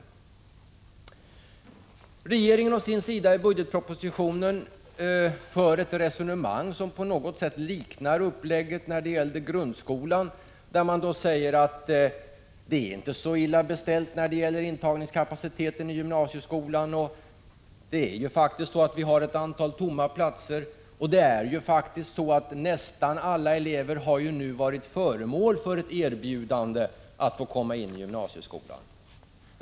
Regeringen för å sin sida i budgetpropositionen ett resonemang som på något sätt liknar uppläggningen när det gällde grundskolan. Man säger nämligen: Det är inte så illa beställt när det gäller intagningskapaciteten i gymnasieskolan. Vi har faktiskt ett antal tomma platser och nästan alla elever har nu varit föremål för ett erbjudande att komma in i gymnasieskolan.